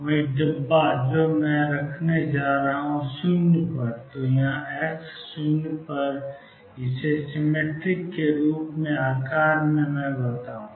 वही डिब्बा जो मैं रखने जा रहा हूँ 0 तो यह x 0 है और मैं इसे सिमिट्रिक रूप से इसके बारे में बताऊंगा